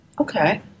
Okay